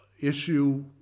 issue